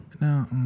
No